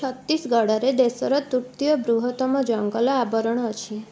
ଛତିଶଗଡ଼ରେ ଦେଶର ତୃତୀୟ ବୃହତ୍ତମ ଜଙ୍ଗଲ ଆବରଣ ଅଛି